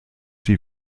die